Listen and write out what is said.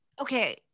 okay